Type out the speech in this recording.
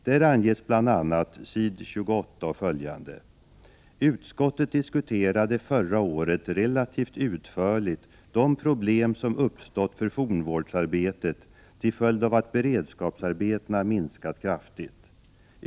Där sägs bl.a.: ”Utskottet diskuterade förra året ——— relativt utförligt de problem som uppstått för fornvårdsarbetet till följd av att beredskapsarbetena minskat kraftigt.